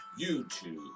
YouTube